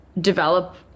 develop